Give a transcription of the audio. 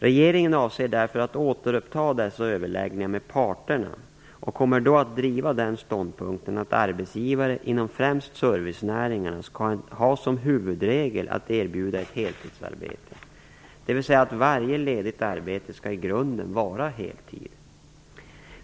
Regeringen avser därför att återuppta dessa överläggningar med parterna och kommer då att driva den ståndpunkten att arbetsgivare inom främst servicenäringarna skall ha som huvudregel att erbjuda ett heltidsarbete, dvs. varje ledigt arbete skall i grunden vara på heltid.